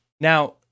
Now